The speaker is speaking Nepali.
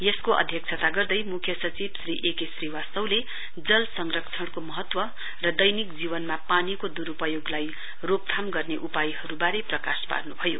यसको अध्यक्षता गर्दै मुख्य सचिव श्री ए के श्रीवास्तवले जल संरक्षणको महत्व र दैनिक जीवनमा पानीको दुरूपयोगलाई रोकथाम गर्ने उपायहरूबारे प्रकाश पार्नुभयो